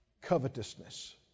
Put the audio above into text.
Covetousness